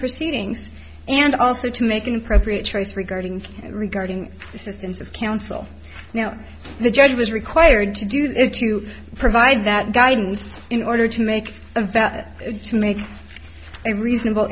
proceedings and also to make an appropriate choice regarding regarding this instance of counsel now the judge was required to do it to provide that guidance in order to make a vow to make a reasonable